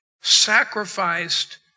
sacrificed